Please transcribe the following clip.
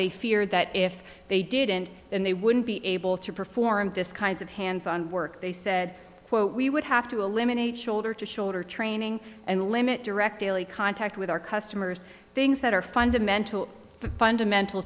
they fear that if they didn't then they wouldn't be able to perform this kinds of hands on work they said we would have to eliminate shoulder to shoulder training and limit direct contact with our customers things that are fundamental fundamental